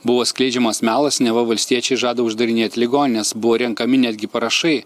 buvo skleidžiamas melas neva valstiečiai žada uždarinėti ligonines buvo renkami netgi parašai